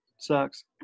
Sucks